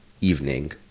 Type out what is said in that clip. evening